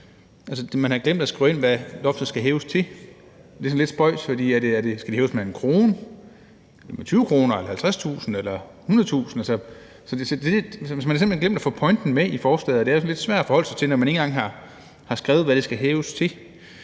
Man har glemt at skrive ind, hvad loftet skal hæves til. Det er sådan lidt spøjst. Skal det hæves med 1 kr.? Er det med 20 kr., 50.000 kr., eller 100.000 kr.? Så man har simpelt hen glemt at få pointen med i forslaget. Så det er jo sådan lidt svært at forholde sig til det, når man ikke engang har skrevet, hvad det skal hæves til.